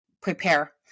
prepare